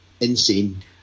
insane